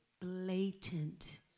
blatant